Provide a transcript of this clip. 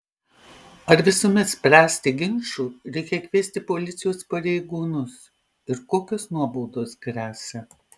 ar visuomet spręsti ginčų reikia kviesti policijos pareigūnus ir kokios nuobaudos gresia